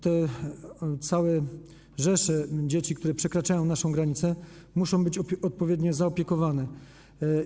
Te całe rzesze dzieci, które przekraczają naszą granicę, muszą być odpowiednio zaopiekowane.